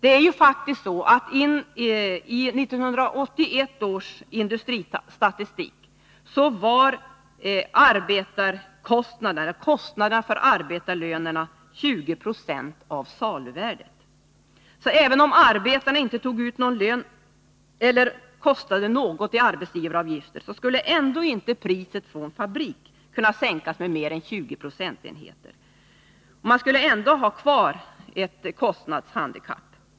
Enligt 1981 års industristatistik var kostnaden för arbetarlönerna 20 96 av saluvärdet. Även om arbetarna inte tog ut någon lön eller kostade något i arbetsgivaravgifter skulle priset från fabriken ändå inte kunna sänkas med mer än 20 procentenheter, och branschen skulle ändå ha kvar ett kostnadshandikapp.